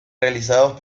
realizados